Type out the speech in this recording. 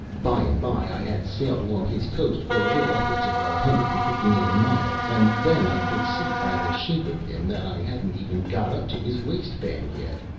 by and by i had sailed along his coast for a little upwards of a hundred and fifty million miles, and then i could see by the shape of him that i hadn't even got up to his waistband yet.